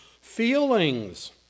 Feelings